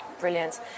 Brilliant